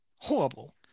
horrible